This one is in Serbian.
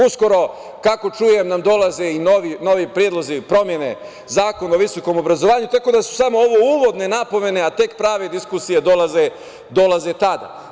Uskoro, kako čujem nam dolaze i novi predlozi promene Zakona o visokom obrazovanju, tako da su samo ovo uvodne napomene, a tek prave diskusije dolaze tada.